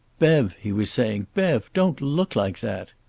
bev! he was saying. bev! don't look like that!